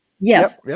Yes